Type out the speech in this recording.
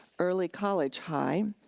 early college high,